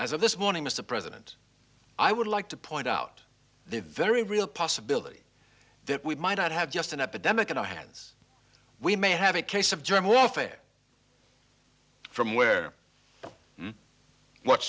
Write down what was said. of this morning mr president i would like to point out the very real possibility that we might not have just an epidemic in our hands we may have a case of germ warfare from where but what